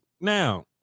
Now